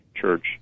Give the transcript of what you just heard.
church